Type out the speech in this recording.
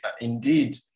Indeed